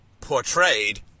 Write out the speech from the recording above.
portrayed